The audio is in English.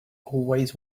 always